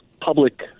public